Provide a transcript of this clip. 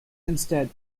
instead